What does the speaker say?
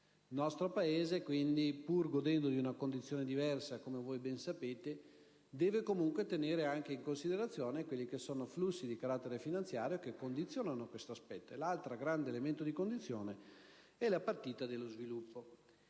Il nostro Paese, pur godendo di una condizione diversa, come voi ben sapete, deve comunque tenere in considerazione quelli che sono flussi di carattere finanziario che condizionano questo aspetto. Altro grande elemento di condizione è la partita dello sviluppo,